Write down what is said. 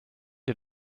ihr